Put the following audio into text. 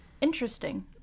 Interesting